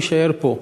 יישאר פה,